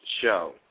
show